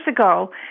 ago